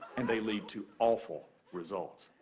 and they lead to awful results.